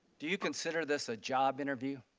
do you consider this a job interview?